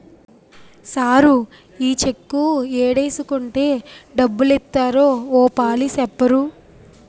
sir ఈ cheque ఏడేసుకుంటే డబ్బులిత్తారో ఓ పాలి సెప్పరూ